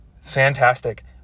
Fantastic